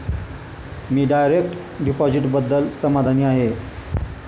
मी direct डिपॉझिटबद्दल समाधानी आहे